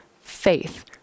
faith